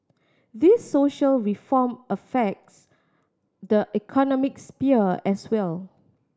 these social reform affects the economic sphere as well